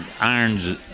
irons